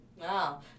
Wow